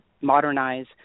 modernize